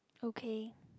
okay